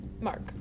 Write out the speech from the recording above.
Mark